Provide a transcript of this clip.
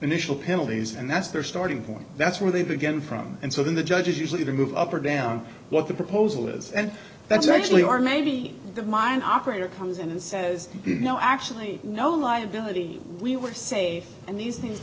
initial penalties and that's their starting point that's where they begin from and so then the judge is usually to move up or down what the proposal is and that's actually or maybe the mine operator comes in and says no actually no liability we were safe and these things